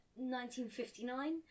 1959